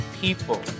people